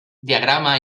diagrama